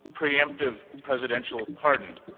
preemptive present dense al pardon